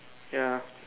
ya